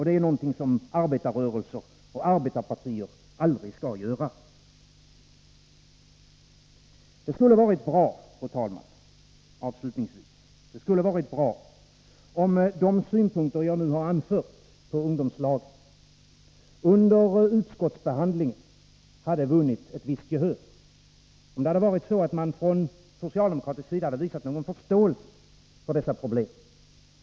Det är något som arbetarrörelser och arbetarpartier aldrig skall göra. Avslutningsvis, fru talman: Det skulle ha varit bra om de synpunkter jag nu har anfört på ungdomslagen hade vunnit ett visst gehör under utskottsbehandlingen, om socialdemokraterna hade visat någon förståelse för dessa problem.